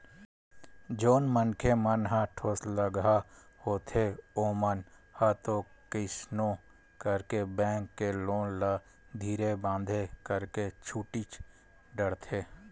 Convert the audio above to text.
जउन मनखे मन ह ठोसलगहा होथे ओमन ह तो कइसनो करके बेंक के लोन ल धीरे बांधे करके छूटीच डरथे